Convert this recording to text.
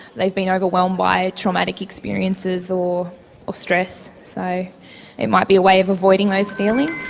they've been overwhelmed by traumatic experiences or ah stress. so it might be a way of avoiding those feelings.